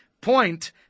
point